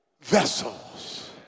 vessels